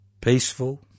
peaceful